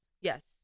yes